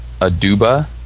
Aduba